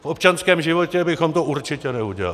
V občanském životě bychom to určitě neudělali.